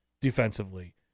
defensively